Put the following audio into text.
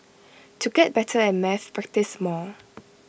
to get better at maths practise more